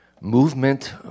movement